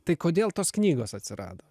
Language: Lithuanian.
tai kodėl tos knygos atsirado